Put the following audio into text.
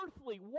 earthly